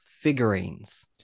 figurines